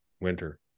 winter